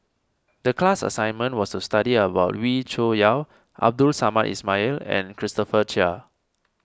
the class assignment was to study about Wee Cho Yaw Abdul Samad Ismail and Christopher Chia